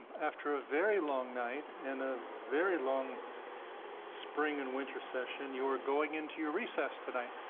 after a very long night in a very long spring and winter session you are going into your recess tonight.